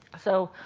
so,